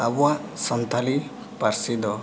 ᱟᱵᱚᱣᱟᱜ ᱥᱟᱱᱛᱟᱲᱤ ᱯᱟᱹᱨᱥᱤ ᱫᱚ